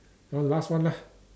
last one ah